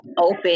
open